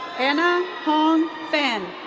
anna hong phan.